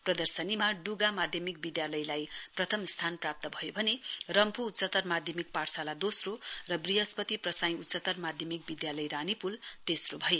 प्रदर्शनीमा डुगा माध्यमिक विधालयलाई प्रतम स्थान प्राप्त भयो भने रम्फू उच्चतर आध्यमिक पाठसाला दोस्रो र वृहस्पति प्रसाई उच्चतर माध्यमिक विधालय तेस्रो भए